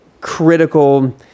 critical